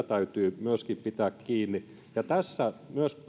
täytyy myöskin pitää kiinni ja tässä myös